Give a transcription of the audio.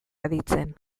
aditzen